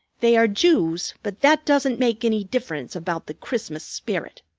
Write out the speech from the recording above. they are jews but that doesn't make any difference about the christmas spirit.